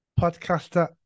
podcaster